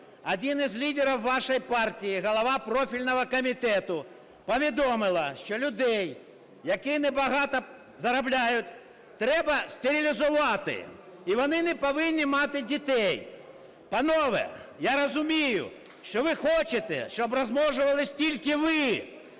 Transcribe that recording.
Один із лідерів вашої партії, голова профільного комітету повідомила, що людей, які небагато заробляють, треба стерилізувати, і вони не повинні мати дітей. Панове, я розумію, що ви хочете, щоб розмножувались тільки ви,